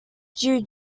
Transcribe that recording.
jiu